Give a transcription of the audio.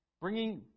Bringing